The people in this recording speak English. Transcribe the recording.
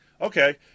Okay